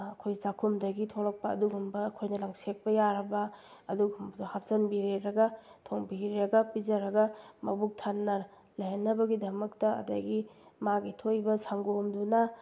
ꯑꯩꯈꯣꯏ ꯆꯥꯈꯨꯝꯗꯒꯤ ꯊꯣꯛꯂꯛꯄ ꯑꯗꯨꯒꯨꯝꯕ ꯑꯩꯈꯣꯏꯅ ꯂꯪꯁꯦꯛꯄ ꯌꯥꯔꯕ ꯑꯗꯨꯒꯨꯝꯕꯗꯣ ꯍꯥꯞꯆꯤꯟꯕꯤꯔꯦꯔꯒ ꯊꯣꯡꯕꯤꯔꯒ ꯄꯤꯖꯔꯒ ꯃꯕꯨꯛ ꯊꯟꯅ ꯂꯩꯍꯟꯅꯕꯒꯤꯗꯃꯛꯇ ꯑꯗꯒꯤ ꯃꯥꯒꯤ ꯊꯣꯛꯏꯕ ꯁꯪꯒꯣꯝꯗꯨꯅ